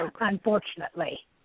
unfortunately